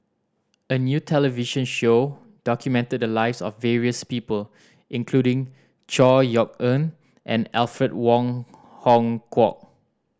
a new television show documented the lives of various people including Chor Yeok Eng and Alfred Wong Hong Kwok